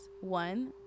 one